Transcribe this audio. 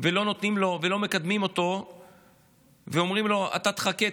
ולא נותנים לו ולא מקדמים אותו ואומרים לו: אתה תחכה,